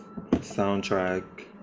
soundtrack